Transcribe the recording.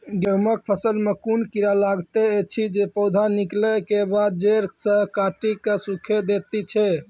गेहूँमक फसल मे कून कीड़ा लागतै ऐछि जे पौधा निकलै केबाद जैर सऽ काटि कऽ सूखे दैति छै?